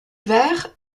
verre